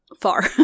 far